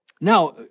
Now